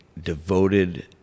devoted